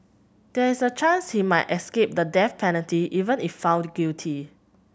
there is a chance he might escape the death penalty even if found guilty